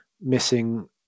missing